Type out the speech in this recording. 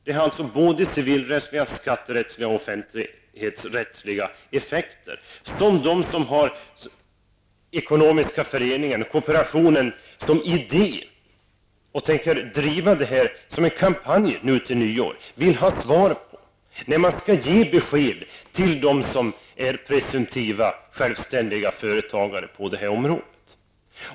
Detta har alltså civilrättsliga, skatterättsliga och offentlighetsrättsliga effekter. De som har ekonomiska föreningar och kooperationen som idé och som tänker driva den som en kampanj till nyår vill ha svar på dessa frågor. Besked måste ges till dem som är presumtiva självständiga företagare på det här området.